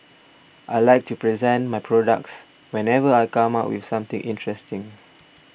I like to present my products whenever I come up with something interesting